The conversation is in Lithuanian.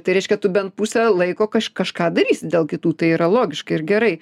tai reiškia tu bent pusę laiko kaž kažką daryti dėl kitų tai yra logiška ir gerai